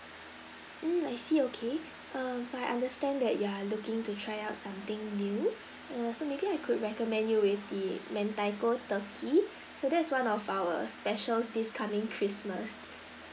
mm I see okay um so I understand that you are looking to try out something new err so maybe I could recommend you with the mentaiko turkey so that's one of our specials this coming christmas